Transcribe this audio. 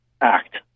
act